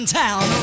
town